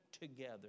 together